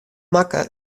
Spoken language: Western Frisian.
makke